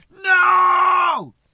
No